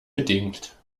bedingt